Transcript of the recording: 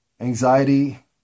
anxiety